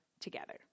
together